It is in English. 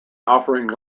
offering